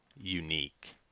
unique